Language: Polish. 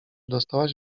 dostałaś